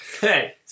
Hey